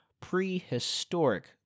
prehistoric